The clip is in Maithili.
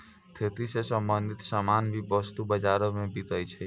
खेती स संबंछित सामान भी वस्तु बाजारो म बिकै छै